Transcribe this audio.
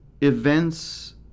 events